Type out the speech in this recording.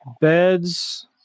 beds